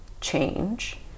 change